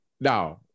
Now